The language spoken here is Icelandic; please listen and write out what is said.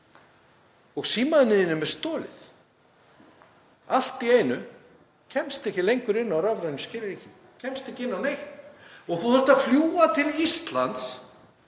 og símanum þínum er stolið. Allt í einu kemstu ekki lengur inn á rafrænum skilríkjum, kemst ekki inn á neitt og þú þarft að fljúga til Íslands